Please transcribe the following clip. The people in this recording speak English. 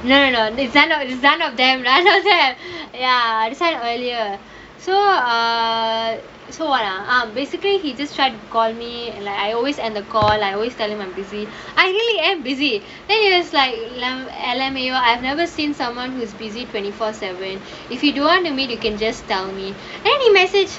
no no it's none of them ya earlier so uh so what ah ah basically he just tried to call me and I always end the call I always tell him I'm busy I really am busy then he is like I love you I have never seen someone who is busy twenty four seven if you don't want to meet you can just tell me then imagine